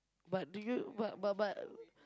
but do you but but but